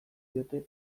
diote